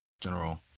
general